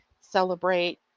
Celebrate